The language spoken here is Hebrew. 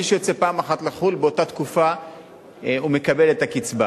מי שיוצא פעם אחת לחו"ל באותה תקופה מקבל את הקצבה.